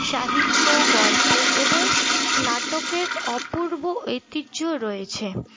সাহিত্য গল্প এবং নাটকের অপূর্ব ঐতিহ্য রয়েছে